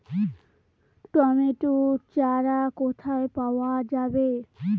Tomato চারা কোথায় পাওয়া যাবে?